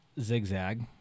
zigzag